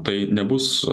tai nebus